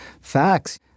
facts